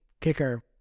kicker